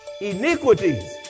iniquities